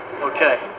Okay